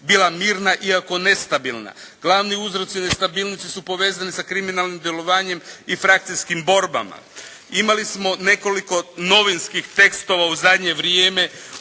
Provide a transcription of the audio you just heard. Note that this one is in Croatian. bila je mirna iako nestabilna. Glavni uzroci nestabilnosti su povezani sa kriminalnim djelovanjem i frakcijskim borbama. Imali smo nekoliko novinskih tekstova u zadnje vrijeme